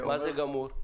מה זה גמור?